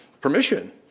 permission